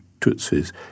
Tutsis